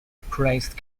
praised